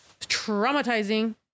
traumatizing